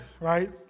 right